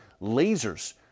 lasers